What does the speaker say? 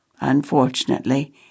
Unfortunately